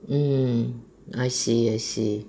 mm I see I see